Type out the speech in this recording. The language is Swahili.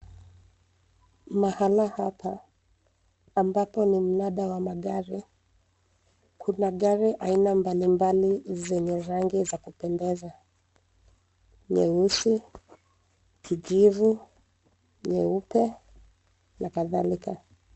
Mahala hapa, ambapo ni mnada wa magari, kuna gari aina mbalimbali, zenye rangi za kupendeza, nyuesi, kijivu, nyeupe, na kadhalika.